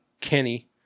Kenny